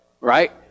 right